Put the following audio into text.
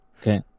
Okay